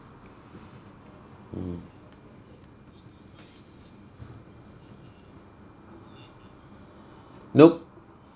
mmhmm nope